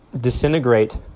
disintegrate